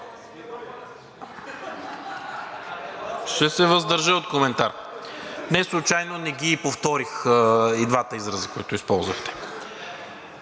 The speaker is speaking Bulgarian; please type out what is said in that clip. Ще се въздържа от коментар. Неслучайно не повторих и двата израза, които използвахте.